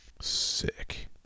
Sick